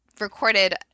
recorded